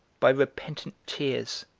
by repentant tears,